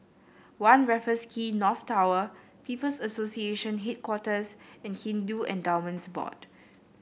One Raffles Quay North Tower People's Association Headquarters and Hindu Endowments Board